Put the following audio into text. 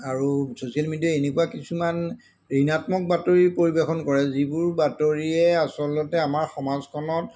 আৰু ছ'চিয়েল মিডিয়াই এনেকুৱা কিছুমান ঋণাত্মক বাতৰি পৰিৱেশন কৰে যিবোৰ বাতৰিয়ে আচলতে আমাৰ সমাজখনত